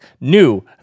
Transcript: New